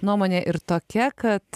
nuomonė ir tokia kad